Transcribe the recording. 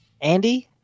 Andy